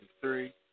three